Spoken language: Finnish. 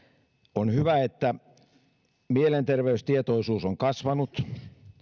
on hyvä että mielenterveystietoisuus on kasvanut